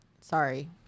Sorry